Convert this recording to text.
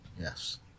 Yes